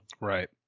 Right